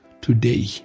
today